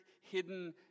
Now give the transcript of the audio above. hidden